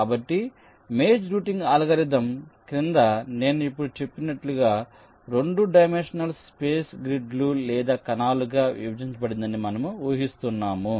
కాబట్టి maze routing algorithm క్రింద నేను ఇప్పుడు చెప్పినట్లుగా 2 డైమెన్షనల్ స్పేస్ గ్రిడ్లు లేదా కణాలుగా విభజించబడిందని మనము ఊహిస్తున్నాము